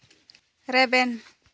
ᱨᱮᱵᱮᱱ